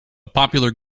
popular